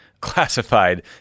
classified